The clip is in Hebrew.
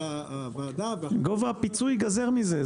הוועדה ואחר כך --- גובה הפיצוי ייגזר מזה,